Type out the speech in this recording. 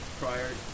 prior